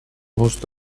most